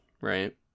right